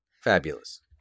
Fabulous